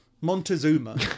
Montezuma